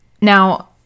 Now